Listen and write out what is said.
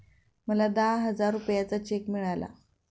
मला दहा हजार रुपयांचा चेक मिळाला